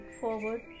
forward